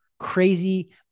crazy